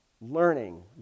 learning